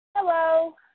Hello